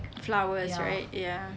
flowers right ya